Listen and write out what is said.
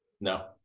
No